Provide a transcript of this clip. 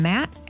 Matt